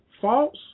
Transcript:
false